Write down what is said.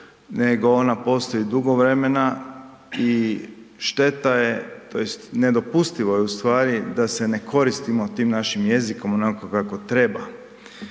nego ona postoji dugo vremena i šteta je tj. nedopustivo je u stvari da se ne koristimo tim našim jezikom onako kako treba.